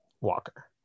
Walker